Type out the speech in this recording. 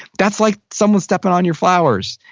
that's like someone stepping on your flowers.